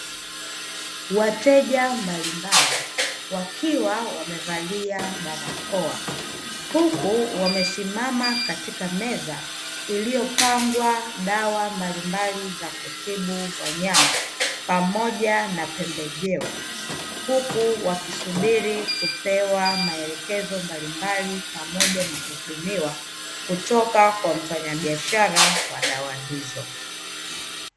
Wateja mbalimbali wakiwa wamevalia barakoa, huku wamesimama katika meza iliyopangwa dawa mbalimbali za kutibu wanyama, pamoja na pembejeo, huku wakisubiri kupewa maelekezo mbalimbali, pamoja na kuhudumiwa kutoka kwa mfanyabiashara wa dawa hizo.